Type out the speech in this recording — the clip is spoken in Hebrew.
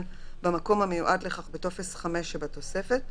במקום המיועד לכך בטופס 5 שבתוספת,